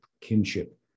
kinship